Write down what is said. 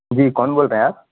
جی کون بول رہے ہیں آپ